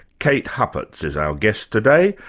kate huppatz is our guest today.